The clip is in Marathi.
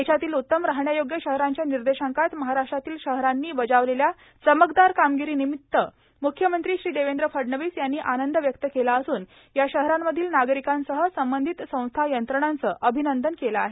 देशातील उत्तम राहण्यायोग्य शहरांच्या निर्देशांकात महाराष्ट्रातील शहरांनी बजावलेल्या चमकदार कामगिरीबद्दल मुख्यमंत्री श्री देवेंद्र फडणवीस यांनी आनंद व्यक्त केला असून या शहरांमधील नागरिकांसह संबंधित संस्था यंत्रणांचं त्यांनी अभिनंदन केलं आहे